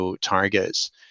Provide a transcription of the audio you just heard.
targets